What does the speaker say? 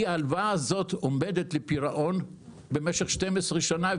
ההלוואה הזו עומדת לפירעון במשך 12 שנה.